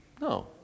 No